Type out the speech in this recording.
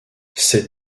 cette